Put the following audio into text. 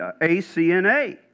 ACNA